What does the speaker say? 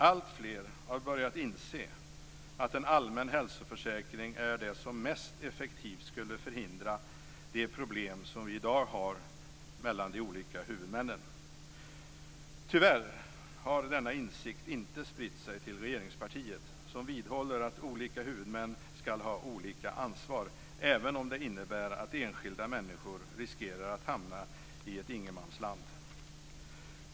Alltfler har börjat inse att en allmän hälsoförsäkring är det som mest effektivt skulle förhindra de problem som vi i dag har i förhållandet mellan de olika huvudmännen. Tyvärr har denna insikt inte spridit sig till regeringspartiet, som vidhåller att olika huvudmän skall ha olika ansvar, även om det innebär att enskilda människor riskerar att hamna i ett ingenmansland.